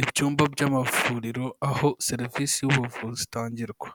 Ibyumba by'amavuriro aho serivisi z'ubuvuzi zitangirwa,